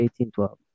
1812